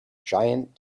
giant